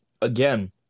again